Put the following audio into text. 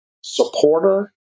supporter